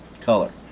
color